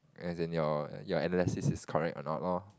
as in your your analysis is correct or not loh